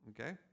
Okay